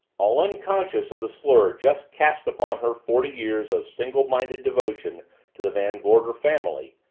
all unconscious of the slur just cast upon her forty years of single-minded devotion to the van gorder family,